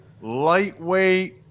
lightweight